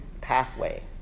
pathway